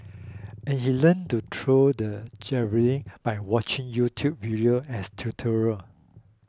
and he learnt to throw the javelin by watching YouTube video as tutorial